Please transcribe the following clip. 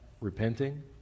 repenting